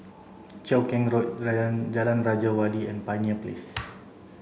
Cheow Keng Road Jalan Raja Wali and Pioneer Place